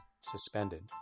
suspended